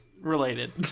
related